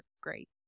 great